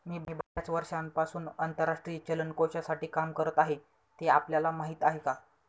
मी बर्याच वर्षांपासून आंतरराष्ट्रीय चलन कोशासाठी काम करत आहे, ते आपल्याला माहीत आहे का?